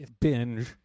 binge